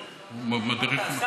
הוא מדריך,